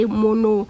mono